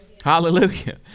Hallelujah